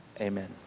Amen